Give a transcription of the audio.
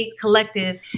collective